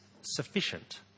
sufficient